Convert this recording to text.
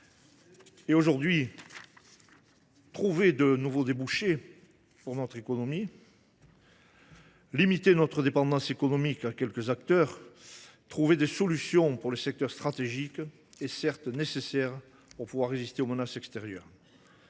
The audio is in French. Aujourd’hui, trouver de nouveaux débouchés pour notre économie, limiter notre dépendance économique à quelques acteurs, trouver des solutions pour le secteur stratégique est, certes, nécessaire pour pouvoir résister aux menaces extérieures.